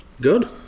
good